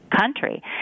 country